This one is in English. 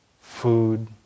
food